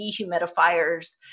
dehumidifiers